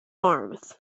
arms